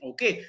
Okay